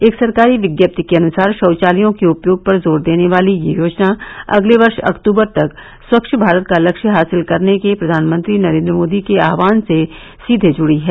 एक सरकारी विज्ञप्ति के अनुसार शैचालयों के उपयोग पर जोर देने वाली यह योजना अगले वर्ष अक्तूबर तक स्वच्छ भारत का लक्ष्य हासिल करने के प्रधानमंत्री नरेन्द्र मोदी के आह्वान से सीधे जुड़ी है